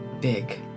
big